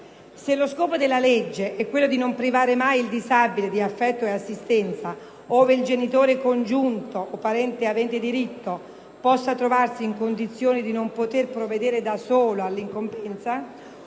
Se lo scopo della legge è quello di non privare mai il disabile di affetto e assistenza, ove il genitore congiunto o parente avente diritto possa trovarsi in condizione di non poter provvedere da solo all'incombenza,